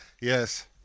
Yes